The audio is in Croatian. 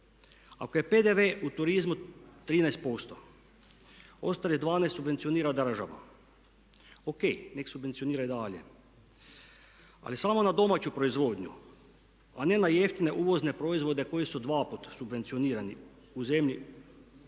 Ako je PDV u turizmu 13% ostalih 12 subvencionira država. Ok, nek subvencionira i dalje. Ali samo na domaću proizvodnju, a ne na jeftine uvozne proizvode koji su dvaput subvencionirani u zemlji